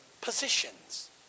positions